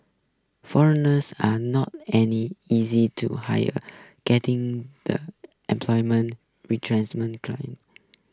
foreigners are not any easy to hire getting the employment climate